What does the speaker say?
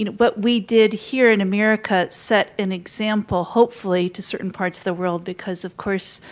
you know but we did here in america set an example, hopefully, to certain parts of the world because, of course,